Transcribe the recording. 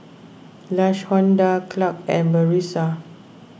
Lashonda Clarke and Brisa